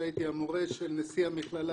שהייתי המורה של נשיא המכללה